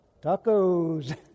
Tacos